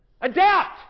Adapt